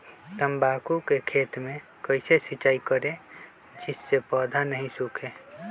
तम्बाकू के खेत मे कैसे सिंचाई करें जिस से पौधा नहीं सूखे?